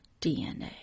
DNA